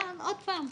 עוד פעם,